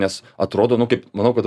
nes atrodo nu kaip manau kad